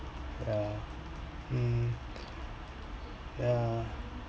ya mm yeah